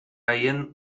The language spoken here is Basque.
haien